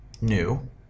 new